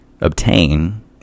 obtain